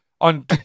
on